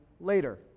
later